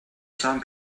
some